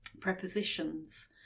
prepositions